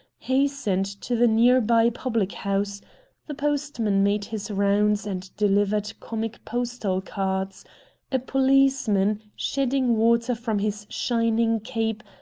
hastened to the near-by public-house the postman made his rounds, and delivered comic postal-cards a policeman, shedding water from his shining cape,